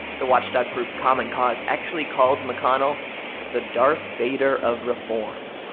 the watchdog group common cause actually called mcconnell the darth vader of reform.